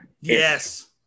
Yes